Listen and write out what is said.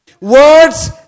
Words